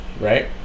Right